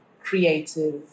creative